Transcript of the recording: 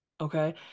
Okay